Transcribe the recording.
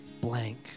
blank